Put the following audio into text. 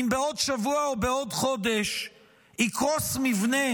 אם בעוד שבוע או בעוד חודש יקרוס מבנה